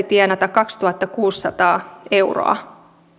tienata kaksituhattakuusisataa euroa